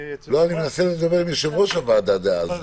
אני מנסה לדבר עם יושב-ראש הוועדה דאז.